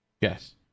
Yes